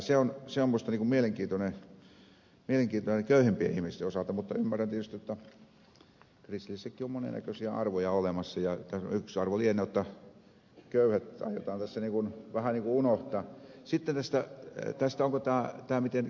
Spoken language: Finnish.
se on minusta mielenkiintoinen köyhempien ihmisten osalta mutta ymmärrän tietysti jotta kristillisissäkin on monen näköisiä arvoja olemassa ja yksi arvo lienee jotta köyhät aiotaan tässä vähän niin kun unohtaa